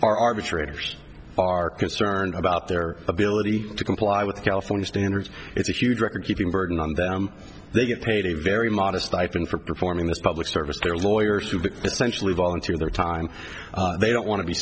our arbitrators are concerned about their ability to comply with california standards it's a huge record keeping burden on them they get paid a very modest stipend for performing this public service their lawyers who centrally volunteer their time they don't want to be